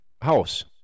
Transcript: House